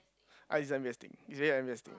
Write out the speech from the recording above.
uh it's m_b_s thing it's really m_b_s thing